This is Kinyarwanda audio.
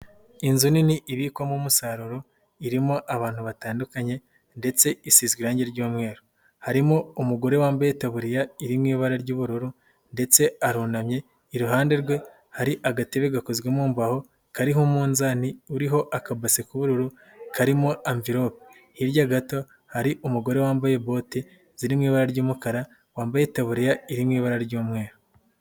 Inzu nini ibikwamo umusaruro irimo abantu batandukanye ndetse isize irangi ry'umweru, harimo umugore wambaye itaburiya iri nmu ibara ry'ubururu ndetse arunamye, iruhande rwe hari agatebe gakozwe mu mbaho, kariho umunzani uriho akabase k'ubururu karimo amvilope, hirya gato hari umugore wambaye bote ziri mu ibara ry'umukara, wambaye itabuririya iri mu ibara ry'umweru.